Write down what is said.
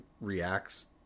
reacts